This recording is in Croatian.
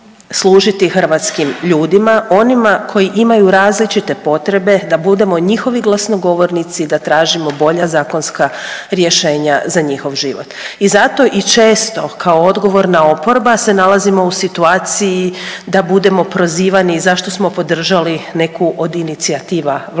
služiti hrvatskim ljudima, on ima koji imaju različite potrebe da budemo njihovi glasnogovornici, da tražimo bolja zakonska rješenja za njihov život. I zato i često kao odgovorna oporba se nalazimo u situaciji da budemo prozivani zašto smo podržali neku od inicijativa vladajućih,